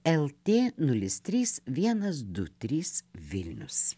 lt nulis trys vienas du trys vilnius